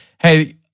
Hey